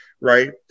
right